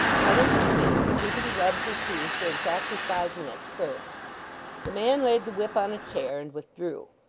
tell him to come in, and see that he rubs his shoes for exactly five minutes first the man laid the whip on a chair, and withdrew.